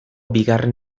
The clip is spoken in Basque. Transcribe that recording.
bigarren